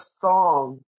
song